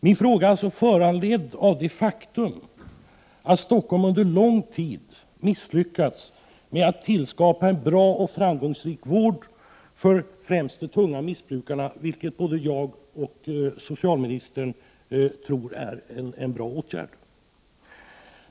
Min fråga är föranledd av det faktum att Stockholm under lång tid misslyckats med att tillskapa en bra och framgångsrik vård för främst de tunga missbrukarna. Tillskapandet av en sådan vård tror både socialministern och jag skulle kunna vara en bra åtgärd.